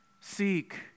seek